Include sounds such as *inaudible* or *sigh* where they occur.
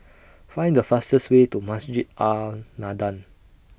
*noise* Find The fastest Way to Masjid An Nahdhah